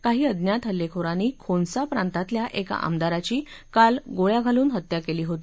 काही अज्ञात हल्लेखोरांनी खोनसा प्रांतातल्या एका आमदाराची काल गोळ्या घालून हत्या केली होती